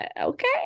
Okay